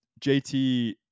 JT